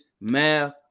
math